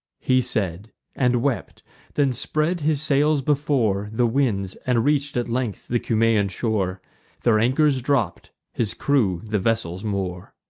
he said, and wept then spread his sails before the winds, and reach'd at length the cumaean shore their anchors dropp'd, his crew the vessels moor.